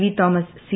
വിതോമസ് C